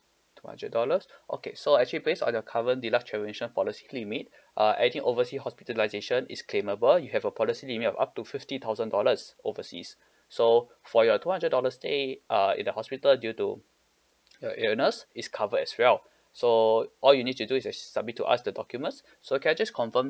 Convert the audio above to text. two hundred dollars okay so actually based on your current deluxe travel insurance policy limit uh anything oversea hospitalization is claimable you have a policy limit of up to fifty thousand dollars overseas so for your two hundred dollars stay uh in the hospital due to your illness is covered as well so all you need to do is uh submit to us the documents so can I just confirm